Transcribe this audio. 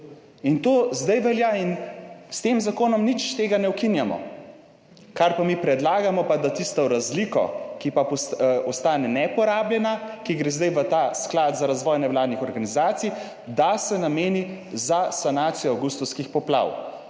in to zdaj velja in s tem zakonom nič tega ne ukinjamo. Kar pa mi predlagamo, pa da tisto razliko, ki pa ostane neporabljena, ki gre zdaj v ta sklad za razvoj nevladnih organizacij, da se nameni za sanacijo avgustovskih poplav.